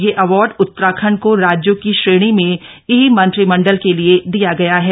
यह अवार्ड उतराखण्ड को राज्यों की श्रेणी में ई मंत्रीमंडल के लिए दिया गया है